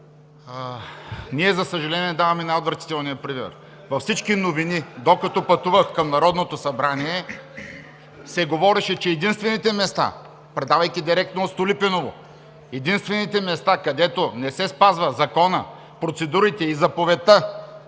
ние, за съжаление, даваме най-отвратителния пример. Във всички новини, докато пътувах към Народното събрание, се говореше, че единствените места, предавайки директно от Столипиново, където не се спазва Законът, процедурите и заповедта